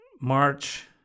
March